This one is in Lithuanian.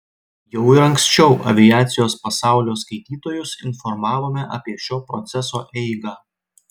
jau ir anksčiau aviacijos pasaulio skaitytojus informavome apie šio proceso eigą